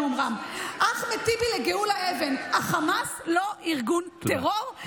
אחמד טיבי לגאולה אבן: חמאס הוא לא ארגון טרור,